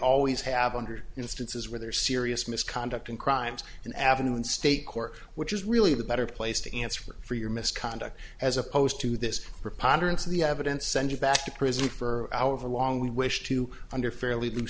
always have a hundred instances where there are serious misconduct and crimes an avenue in state court which is really the better place to answer for your misconduct as opposed to this proponents of the evidence send you back to prison for however long we wish to under fairly